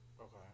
Okay